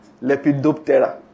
Lepidoptera